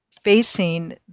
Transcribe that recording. facing